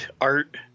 art